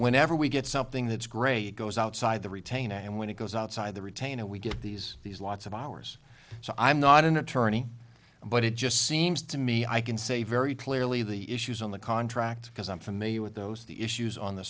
whenever we get something that is gray it goes outside the retainer and when it goes outside the retain it we get these these lots of hours so i'm not an attorney but it just seems to me i can say very clearly the issues on the contract because i'm familiar with those the issues on the